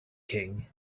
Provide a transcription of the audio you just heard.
king